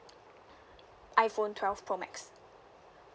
iphone twelve pro max